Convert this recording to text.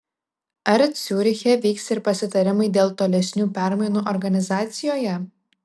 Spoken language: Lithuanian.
ar ciuriche vyks ir pasitarimai dėl tolesnių permainų organizacijoje